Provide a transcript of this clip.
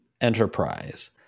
enterprise